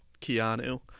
Keanu